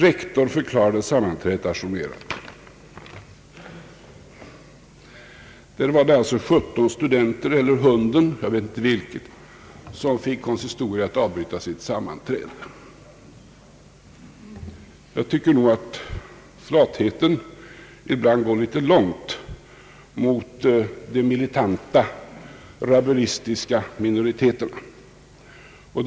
Rektor förklarade sammanträdet ajournerat.» Där var det alltså 17 studenter eller hunden — jag vet inte vilket — som fick konsistoriet att avbryta sitt sammanträde. Jag tycker nog att flatheten mot de militanta, rabulistiska minoriteterna ibland går litet långt.